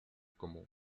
como